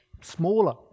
smaller